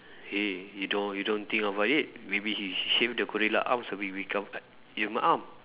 hey you don't you don't think about it maybe he sh~ shave the gorilla arms will be become my arm